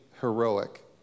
heroic